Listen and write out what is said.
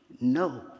No